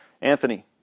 Anthony